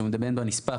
שבנספח,